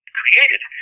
created